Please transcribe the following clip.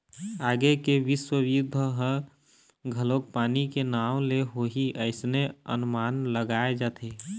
आगे के बिस्व युद्ध ह घलोक पानी के नांव ले होही अइसने अनमान लगाय जाथे